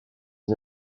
les